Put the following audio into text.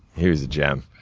he was a gem.